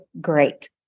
great